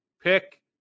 pick